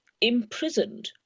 imprisoned